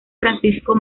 francisco